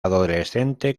adolescente